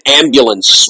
ambulance